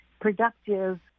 productive